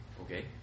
Okay